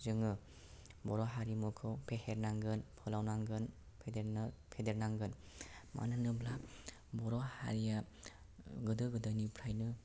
जोङो बर' हारिमुखौ फेहेरनांगोन फोलावनांगोन फेदेरनांगोन मानो होनोब्ला बर' हारिया गोदो गोदायनिफ्रायनो